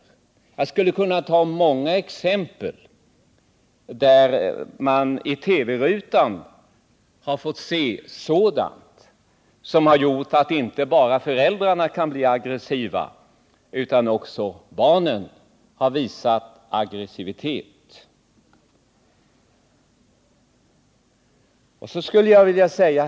Jag skulle kunna nämna många exempel på att man i TV-rutan har visat sådana saker som gjort inte bara föräldrarna aggressiva utan också lett till aggressivitet hos barnen.